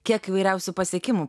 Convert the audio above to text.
kiek įvairiausių pasiekimų